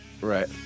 Right